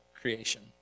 creation